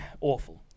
Awful